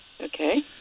okay